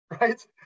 right